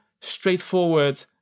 straightforward